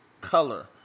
color